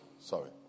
sorry